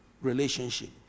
relationship